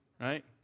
right